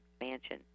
expansion